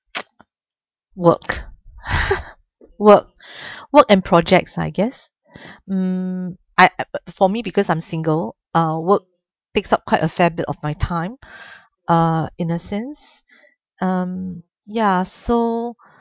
work work work and projects I guess hmm I I but for me because I'm single uh work takes up quite a fair bit of my time uh in the sense um ya so